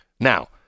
Now